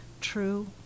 True